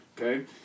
Okay